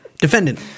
Defendant